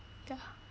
ya